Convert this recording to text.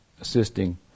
assisting